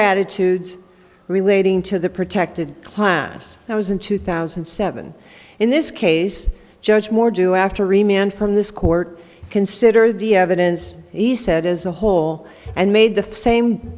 attitudes relating to the protected class i was in two thousand and seven in this case judge moore do after remained from this court consider the evidence he said as a whole and made the same